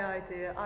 idea